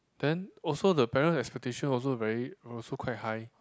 then also the parent expectation also very also quite high